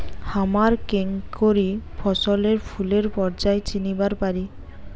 হামরা কেঙকরি ফছলে ফুলের পর্যায় চিনিবার পারি?